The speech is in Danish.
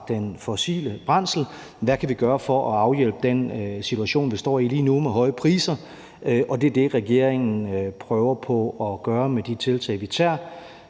den fossile brændsel; hvad vi kan gøre for at afhjælpe den situation, vi står i lige nu, med høje priser. Det er det, regeringen prøver på at gøre med de tiltag, vi tager.